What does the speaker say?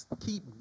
keep